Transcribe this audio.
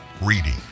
reading